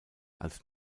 als